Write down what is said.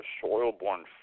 soil-borne